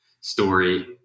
story